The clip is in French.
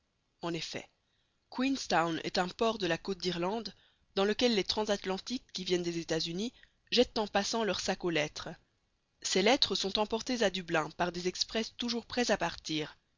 en effet queenstown est un port de la côte d'irlande dans lequel les transatlantiques qui viennent des états-unis jettent en passant leur sac aux lettres ces lettres sont emportées à dublin par des express toujours prêts à partir